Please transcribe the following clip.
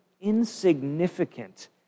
insignificant